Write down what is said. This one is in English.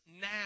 now